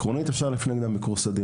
ואפשר להפנות נגדם ביקור סדיר.